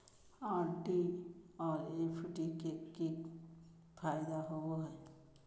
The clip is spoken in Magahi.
आर.डी और एफ.डी के की फायदा होबो हइ?